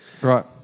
Right